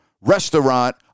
Restaurant